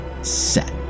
Set